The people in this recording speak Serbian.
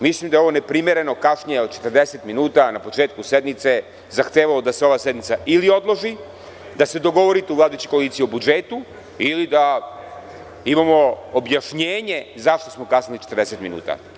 Mislim da je ovo neprimereno kašnjenje od 40 minuta na početku sednice zahtevalo da se ova sednica ili odloži, da se dogovorite u vladajućoj koaliciji o budžetu ili da imamo objašnjenje zašto smo kasnili 40 minuta.